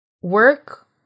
work